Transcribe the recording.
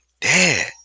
Dad